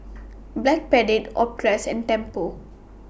Backpedic Optrex and Tempur